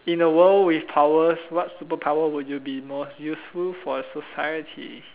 in a world with power what superpower will you be most useful for society